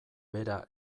bera